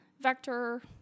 vector